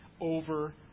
over